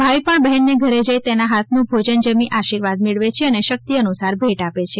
ભાઇ પણ બહેનને ઘરે જઇ તેના હાથનું ભોજન જમી આશીર્વાદ મેળવે છે અને શકિત અનુસાર ભેટ આપે છે